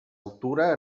altura